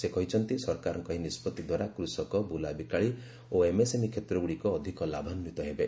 ସେ କହିଛନ୍ତି ସରକାରଙ୍କ ଏହି ନିଷ୍ପତି ଦ୍ୱାରା କୃଷକ ବୁଲାବିକାଳୀ ଓ ଏମ୍ଏସ୍ଏମ୍ଇ କ୍ଷେତ୍ରଗୁଡ଼ିକ ଅଧିକ ଲାଭାନ୍ୱିତ ହେବେ